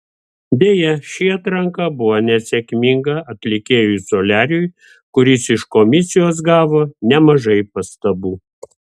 deja ši atranka buvo nesėkminga atlikėjui soliariui kuris iš komisijos gavo nemažai pastabų